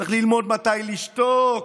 צריך ללמוד מתי לשתוק.